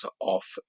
off